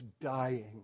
Dying